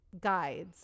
guides